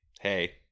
hey